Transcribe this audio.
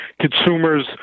consumers